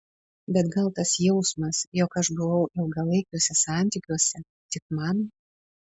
bet gal tas jausmas jog aš buvau ilgalaikiuose santykiuose tik man